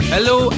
Hello